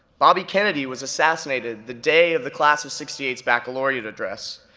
bobby kennedy was assassinated the day of the class of sixty eight s baccalaureate address,